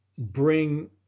bring